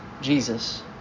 Jesus